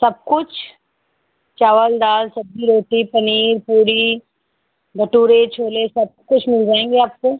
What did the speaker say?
सब कुछ चावल दाल सब्ज़ी रोटी पनीर पूरी भटूरे छोले सब कुछ मिल जाएँगे आपको